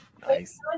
Nice